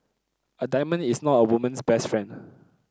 a diamond is not a woman's best friend